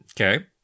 Okay